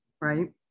right